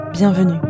Bienvenue